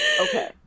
okay